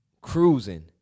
cruising